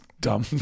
dumb